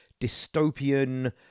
dystopian